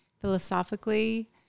philosophically